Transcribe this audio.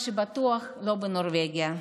מה שבטוח לא בנורבגיה.